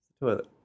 Toilet